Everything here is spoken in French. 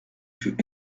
fut